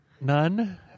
None